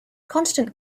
constant